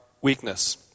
weakness